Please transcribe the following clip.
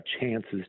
chances